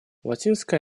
латинская